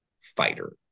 Fighter